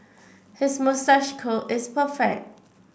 his moustache curl is perfect